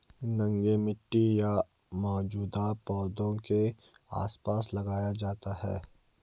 नंगे मिट्टी या मौजूदा पौधों के आसपास लगाया जाता है